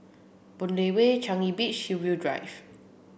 Boon Lay Way Changi Beach Hillview Drive